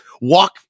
walk